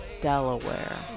Delaware